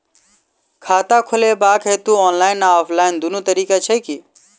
खाता खोलेबाक हेतु ऑनलाइन आ ऑफलाइन दुनू तरीका छै की?